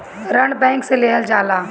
ऋण बैंक से लेहल जाला